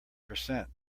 percent